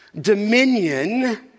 dominion